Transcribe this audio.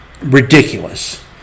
Ridiculous